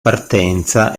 partenza